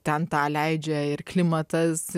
ten tą leidžia ir klimatas